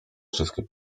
wszystkie